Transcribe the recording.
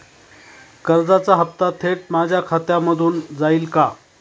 कर्जाचा हप्ता थेट माझ्या खात्यामधून जाईल का?